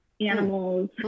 animals